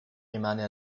rimane